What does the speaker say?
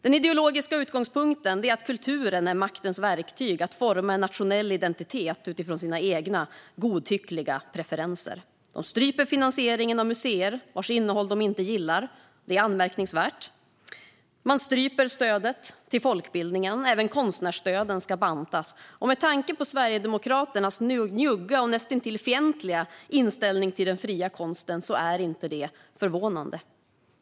Den ideologiska utgångspunkten är att kulturen är maktens verktyg att forma en nationell identitet utifrån sina egna, godtyckliga preferenser. De stryper finansieringen av museer vars innehåll de inte gillar. Det är anmärkningsvärt. De stryper stödet till folkbildningen. Även konstnärsstöden ska bantas. Med tanke på Sverigedemokraternas njugga och näst intill fientliga inställning till den fria konsten är detta inte förvånande.